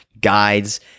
guides